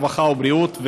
הרווחה והבריאות,